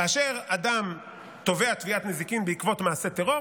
כאשר אדם תובע תביעת נזיקין בעקבות מעשה טרור,